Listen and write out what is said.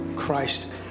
Christ